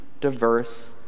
diverse